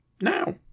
Now